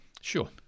Sure